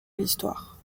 l’histoire